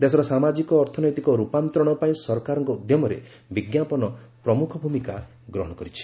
ଦେଶର ସାମାଜିକ ଅର୍ଥନୈତିକ ରୂପାନ୍ତରଣ ପାଇଁ ସରକାରଙ୍କ ଉଦ୍ୟମରେ ବିଜ୍ଞାପନ ପ୍ରମୁଖ ଭୂମିକା ଗ୍ରହଣ କରିଛି